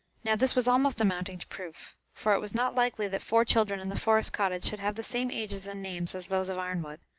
now this was almost amounting to proof for it was not likely that four children in the forest cottage should have the same ages and names as those of arnwood.